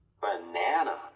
banana